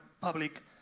public